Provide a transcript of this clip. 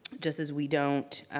just as we don't